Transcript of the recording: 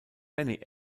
many